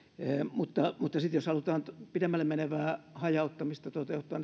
mutta mutta sitten jos halutaan pidemmälle menevää hajauttamista toteuttaa